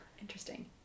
Interesting